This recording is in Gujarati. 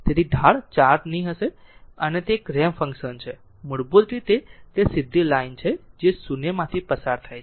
તેથી તે ઢાળ 4 ની હશે તેથી તે એક રેમ્પ ફંક્શન છે મૂળભૂત રીતે તે સીધી લાઇન છે જે શૂન્યથી પસાર થાય છે